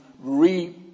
re